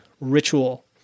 ritual